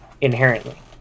Inherently